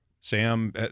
Sam